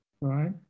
right